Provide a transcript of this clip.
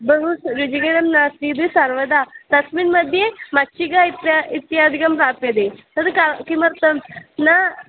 बहु रुचिकिरं नास्ति इति सर्वदा तस्मिन् मध्ये मक्षिका इत्यादी इत्यादिकं प्राप्यते तद् क किमर्थं न